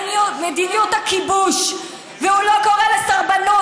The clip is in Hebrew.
את מדיניות הכיבוש, והוא לא קורא לסרבנות.